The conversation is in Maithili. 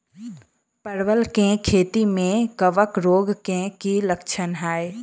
परवल केँ खेती मे कवक रोग केँ की लक्षण हाय?